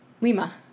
Lima